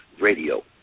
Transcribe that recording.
Radio